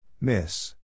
Miss